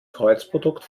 kreuzprodukt